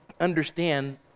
understand